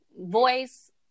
voice